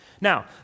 Now